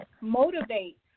motivate